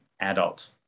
adult